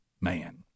man